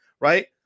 right